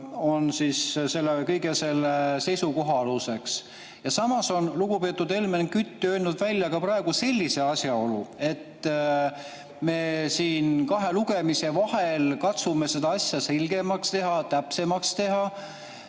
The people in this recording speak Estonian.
ta tugineb, on selle seisukoha aluseks. Samas on lugupeetud Helmen Kütt öelnud välja praegu sellise asjaolu, et me siin kahe lugemise vahel katsume seda asja selgemaks ja täpsemaks teha.